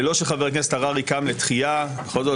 ללא שחבר הכנסת הררי קם לתחייה בכל זאת,